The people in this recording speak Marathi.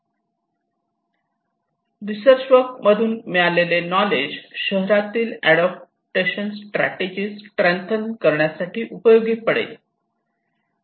त्या रीसर्च वर्क मधून मिळालेले नॉलेज शहरातील अडॉप्टेशन स्ट्रॅटेजी स्ट्रेंथन करण्यासाठी उपयोगी पडेल